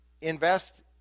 invest